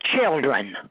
children